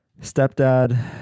stepdad